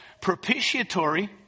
propitiatory